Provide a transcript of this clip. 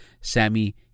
Sammy